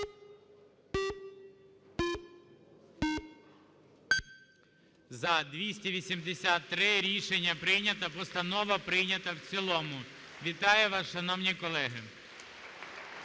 За-283 Рішення прийнято, постанова прийнята в цілому. Вітаю вас, шановні колеги. Оскільки